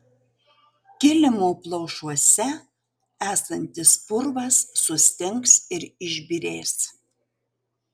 kilimo plaušuose esantis purvas sustings ir išbyrės